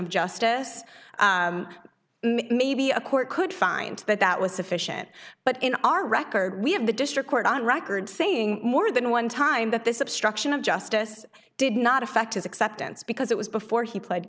of justice maybe a court could find that that was sufficient but in our record we have the district court on record saying more than one time that this obstruction of justice did not affect his acceptance because it was before he pled